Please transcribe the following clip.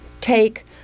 take